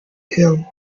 hill